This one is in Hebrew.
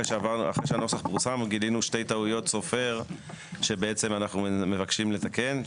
אחרי שהנוסח פורסם גילינו שתי טעויות סופר שבעצם אנחנו מבקשים לתקן.